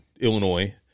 Illinois